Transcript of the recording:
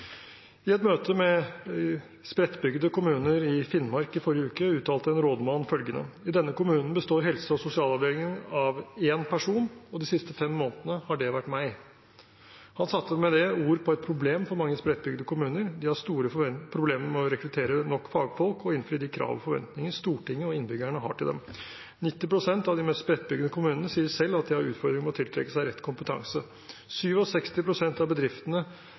I et møte med spredtbygde kommuner i Finnmark i forrige uke uttalte en rådmann følgende: I denne kommunen består helse- og sosialavdelingen av én person, og de siste fem månedene har det vært meg. Han satte med det ord på et problem for mange spredtbygde kommuner. De har store problemer med å rekruttere nok fagfolk og innfri de krav og forventninger Stortinget og innbyggerne har til dem. 90 pst. av de mest spredtbygde kommunene sier selv at de har utfordringer med å tiltrekke seg rett kompetanse. 67 pst. av bedriftene